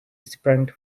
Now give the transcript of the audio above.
sprang